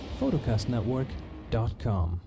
photocastnetwork.com